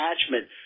attachment